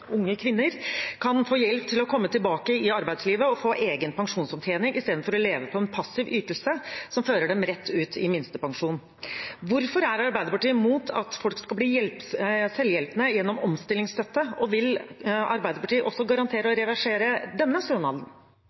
unge kvinner kan få hjelp til å komme tilbake i arbeidslivet og få egen pensjonsopptjening, i stedet for å leve på en passiv ytelse som fører dem rett ut i minstepensjon. Hvorfor er Arbeiderpartiet imot at folk skal bli selvhjulpne gjennom omstillingsstøtte, og vil Arbeiderpartiet også garantere å reversere denne